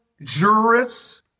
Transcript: Jurists